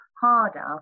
harder